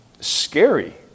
scary